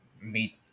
meet